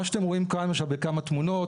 מה שאתם רואים כאן עכשיו בכמה תמונות,